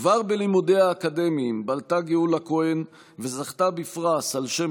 כבר בלימודיה האקדמיים בלטה גאולה כהן וזכתה בפרס על שם